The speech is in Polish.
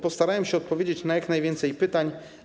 Postarałem się odpowiedzieć na jak najwięcej pytań.